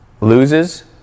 loses